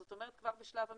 זאת אומרת כבר בשלב המקדמות,